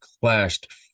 clashed